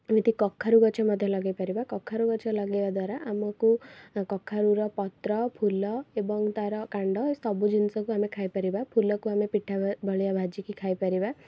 ଯେମିତି କଖାରୁ ଗଛ ମଧ୍ୟ ଲଗାଇ ପାରିବା କଖାରୁ ଗଛ ଲଗାଇବା ଦ୍ଵାରା ଆମକୁ କଖାରୁର ପତ୍ର ଫୁଲ ଏବଂ ତାର କାଣ୍ଡ ଏସବୁ ଜିନିଷକୁ ଆମେ ଖାଇପାରିବା ଫୁଲକୁ ଆମେ ପିଠା ଭଳିଆ ଭାଜିକି ଖାଇପାରିବା